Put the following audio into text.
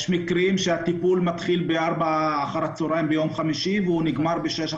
יש מקרים שהטיפול מתחיל ב-16:00 אחר הצהריים ביום חמישי ונגמר ב-18:00